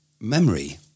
Memory